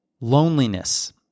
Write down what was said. Loneliness